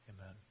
Amen